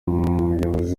umuyobozi